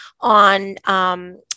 on